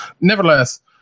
Nevertheless